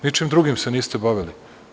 Ničim drugim se niste bavili.